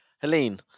Helene